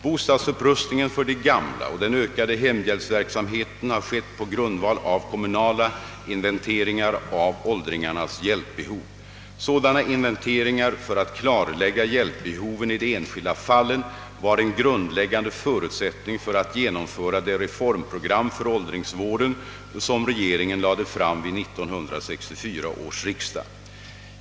Bostadsupprustningen för de gamla och den ökade hemhjälpsverksamheten har skett på grundval av kommunala inventeringar av åldringarnas hjälpbehov. Sådana inventeringar för att klarlägga hjälpbehoven i de enskilda fallen var en grundläggande förutsättning för att genomföra det reformprogram för åldringsvården som regeringen lade fram vid 1964 års riksdag.